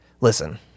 listen